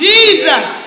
Jesus